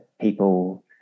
people